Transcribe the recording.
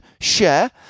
share